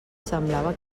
semblava